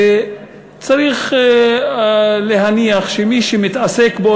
שצריך להניח שמי שמתעסק בו,